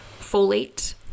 folate